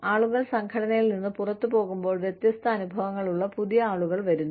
ആളുകൾ സംഘടനയിൽ നിന്ന് പുറത്തുപോകുമ്പോൾ വ്യത്യസ്ത അനുഭവങ്ങളുള്ള പുതിയ ആളുകൾ വരുന്നു